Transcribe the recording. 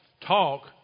Talk